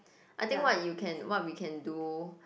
I think what you can what we can do